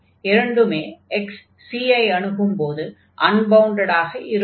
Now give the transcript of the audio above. இரண்டுமே x c ஐ அணுகும்போது அன்பவுண்டட் ஆக இருக்கும்